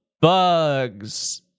bugs